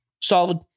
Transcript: Solid